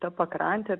ta pakrantė